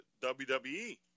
WWE